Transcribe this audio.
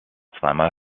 zweimal